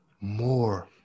more